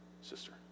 sister